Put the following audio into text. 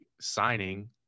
signing